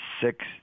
six